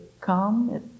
come